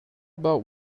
about